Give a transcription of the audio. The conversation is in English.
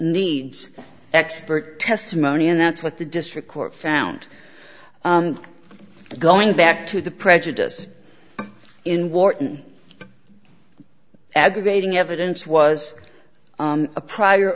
needs expert testimony and that's what the district court found going back to the prejudice in wharton aggravating evidence was a prior